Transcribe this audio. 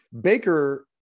Baker